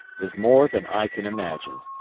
is more than i can imagine.